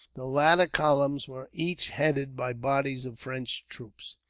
the latter columns were each headed by bodies of french troops.